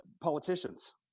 politicians